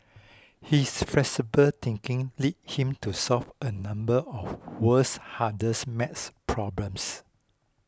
his flexible thinking lead him to solve a number of the world's hardest math problems